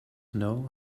know